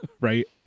right